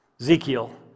Ezekiel